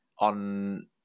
on